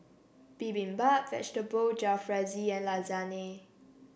Bibimbap Vegetable Jalfrezi and Lasagne